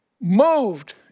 moved